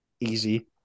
Easy